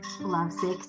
lovesick